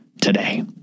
today